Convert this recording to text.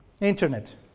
Internet